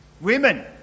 women